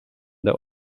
der